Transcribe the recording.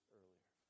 earlier